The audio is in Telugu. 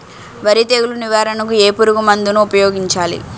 వరి తెగుల నివారణకు ఏ పురుగు మందు ను ఊపాయోగించలి?